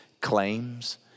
claims